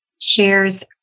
shares